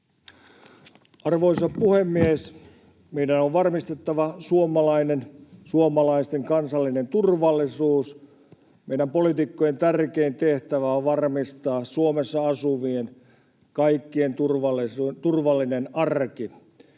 Arvoisa puhemies! Meidän on varmistettava suomalaisten kansallinen turvallisuus. Meidän poliitikkojen tärkein tehtävä on varmistaa kaikkien Suomessa asuvien turvallinen arki.